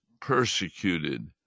persecuted